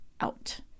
out